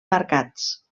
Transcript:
marcats